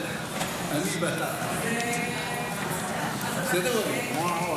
סליחה, אני בתא, בסדר, ווליד?